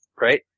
Right